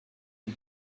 die